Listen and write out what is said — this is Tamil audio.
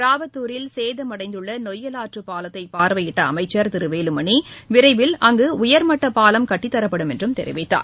ராவத்தூரில் சேதமடைந்துள்ளநொய்யல் ஆற்றுப்பாலத்தைபார்வையிட்டஅமைச்சர் திருவேலுமணி விரைவில் அங்குஉயர்மட்டபாலம் கட்டித்தரப்படும் என்றும் தெரிவித்தார்